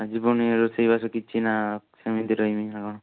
ଆଜି ପୁଣି ରୋଷେଇବାସ କିଛି ନା ସେମିତି ରହିମି ନା କ'ଣ